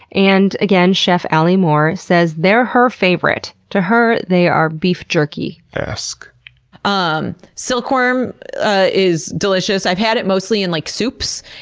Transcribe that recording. and again, chef aly moore says they're her favorite. to her, they are beef jerky. um silkworm um ah is delicious. i've had it mostly in like soups,